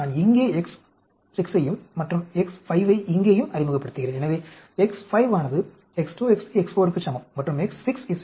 நான் இங்கே X6 யையும் மற்றும் X5 ஐ இங்கேயும் அறிமுகப்படுத்துகிறேன் எனவே X5 ஆனது X2 X3 X4 க்கு சமம் மற்றும் X6 X1 X2 X3 X4